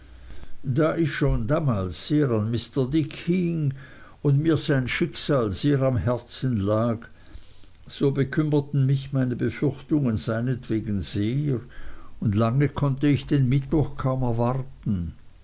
da ich schon damals sehr an mr dick hing und mir sein schicksal sehr am herzen lag so bekümmerten mich meine befürchtungen seinetwegen sehr und lange konnte ich den mittwoch kaum erwarten